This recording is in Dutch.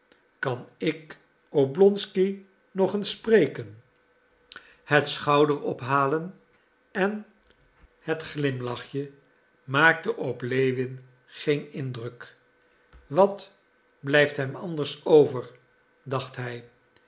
kan ik oblonsky nog eens spreken het schouderophalen en het glimlachje maakten op lewin geen indruk wat blijft hem anders over dacht hij